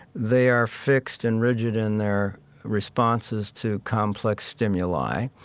they are fixed and rigid in their responses to complex stimuli.